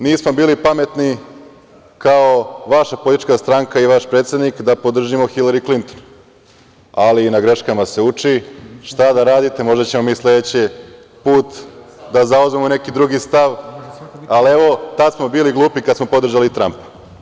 Nismo bili pametni kao vaša politička stranka i vaš predsednik da podržimo Hilari Klinton, ali na greškama se uči, šta da radite, možda ćemo mi sledeći put da zauzmemo neki drugi stav, ali evo, tada smo bili glupi kada smo podržali Trampa.